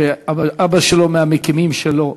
שאבא שלו הוא מהמקימים שלו.